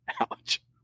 ouch